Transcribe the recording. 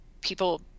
people